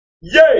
Yay